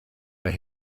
they